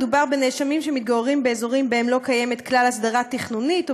מדובר בנאשמים שמתגוררים באזורים שבהם לא קיימת כלל הסדרה תכנונית או